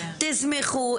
תשמחו,